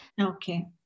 Okay